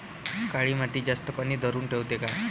काळी माती जास्त पानी धरुन ठेवते का?